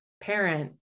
parent